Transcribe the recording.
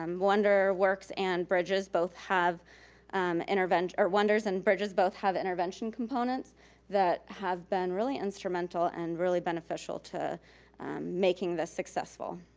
um wonder works and bridges both have intervention or wonders and bridges both have intervention components that have been really instrumental and really beneficial to making this successful.